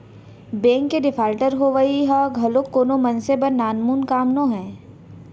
bank के defaulter होवई ह घलोक कोनो मनसे बर नानमुन काम नोहय